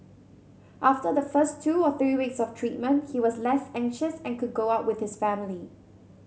after the first two or three weeks of treatment he was less anxious and could go out with his family